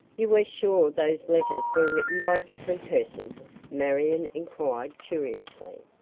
you are sure those letters were written by different persons? marion inquired curiously.